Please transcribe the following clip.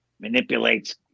manipulates